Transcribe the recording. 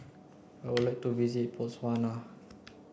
I would like to visit Botswana